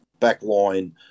backline